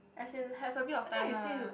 as in have a bit of time lah